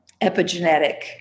epigenetic